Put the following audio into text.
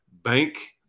Bank